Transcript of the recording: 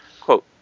quote